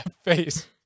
face